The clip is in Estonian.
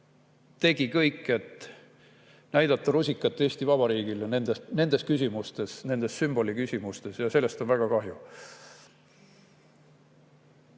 tegi kõik, et näidata rusikat Eesti Vabariigile nendes küsimustes, nendes sümboli küsimustes ja sellest on väga kahju.